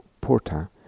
porta